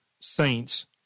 saints